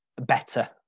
better